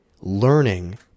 learning